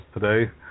today